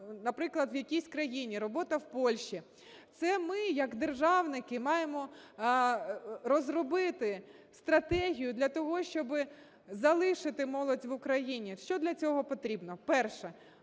наприклад, в якійсь країні, робота в Польщі. Це ми як державники маємо розробити стратегію для того, щоб залишити молодь в Україні. Що для цього потрібно? Перше.